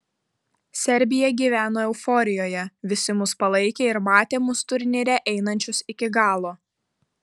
serbija gyveno euforijoje visi mus palaikė ir matė mus turnyre einančius iki galo